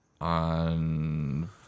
On